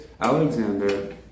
Alexander